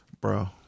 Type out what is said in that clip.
Bro